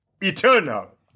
eternal